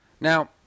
Now